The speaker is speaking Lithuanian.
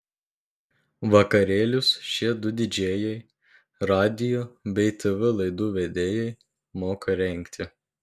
vakarėlius šie du didžėjai radijo bei tv laidų vedėjai moka rengti